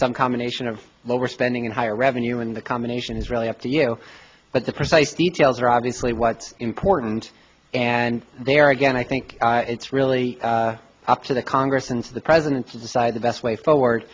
some combination of lower spending and higher revenue when the combination is really up to you but the precise details are obviously what's important and they are again i think it's really up to the congress and the president to decide the best way forward